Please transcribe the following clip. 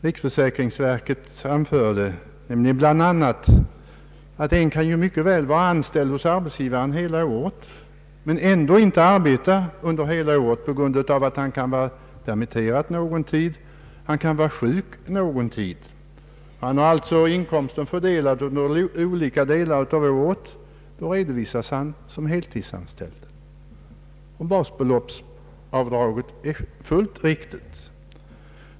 Riksförsäkringsverket anförde bl.a. att en person mycket väl kan vara anställd hos en arbetsgivare hela året men ändå inte arbeta under hela året på grund av att han är permitterad eller sjuk någon tid. Han har alltså inkomsten fördelad på olika delar av året. Han redovisas som heltidsanställd, och basbeloppsavdraget är fullt riktigt.